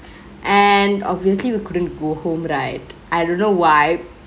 and obviously we couldn't go home right I don't know why